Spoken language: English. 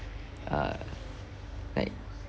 uh like